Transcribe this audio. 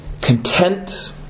content